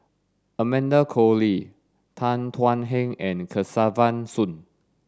Amanda Koe Lee Tan Thuan Heng and Kesavan Soon